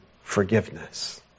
forgiveness